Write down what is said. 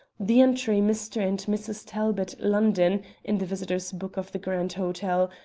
the entry mr. and mrs. talbot, london in the visitors' book of the grand hotel,